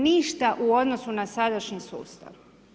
Ništa u odnosu na sadašnji sustav.